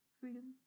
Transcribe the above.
freedom